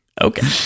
okay